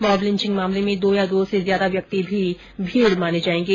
mob lynching मामले में दो या दो ज्यादा व्यक्ति भी भीड माने जायेंगे